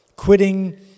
Quitting